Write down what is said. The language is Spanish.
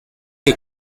que